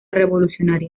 revolucionaria